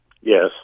Yes